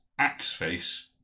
Axeface